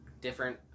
different